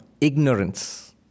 ignorance